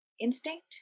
instinct